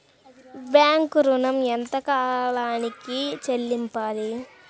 Bank ఋణం ఎంత కాలానికి చెల్లింపాలి?